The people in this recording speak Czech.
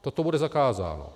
Toto bude zakázáno.